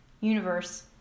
universe